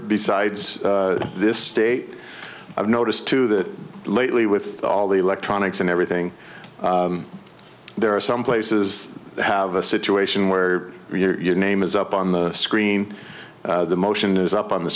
besides this state i've noticed too that lately with all the electronics and everything there are some places have a situation where you're name is up on the screen the motion is up on the